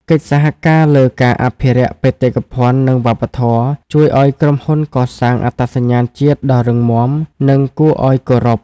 កិច្ចសហការលើការអភិរក្សបេតិកភណ្ឌ និងវប្បធម៌ ជួយឱ្យក្រុមហ៊ុនកសាងអត្តសញ្ញាណជាតិដ៏រឹងមាំ និងគួរឱ្យគោរព។